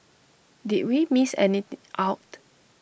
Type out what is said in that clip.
did we miss any out